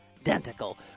Identical